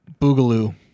Boogaloo